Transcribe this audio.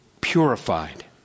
purified